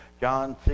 John